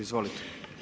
Izvolite.